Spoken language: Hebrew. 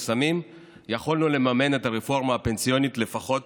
יכולנו לממן את הרפורמה הפנסיונית לפחות